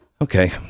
Okay